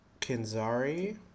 Kinzari